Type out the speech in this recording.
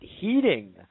heating